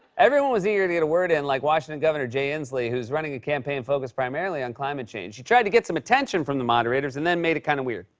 everyone was eager to get a word in, like washington governor jay inslee, who's running a campaign focused primarily on climate change. he tried to get some attention from the moderators and then made it kind of weird.